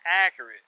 accurate